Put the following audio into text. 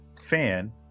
fan